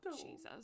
jesus